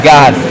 God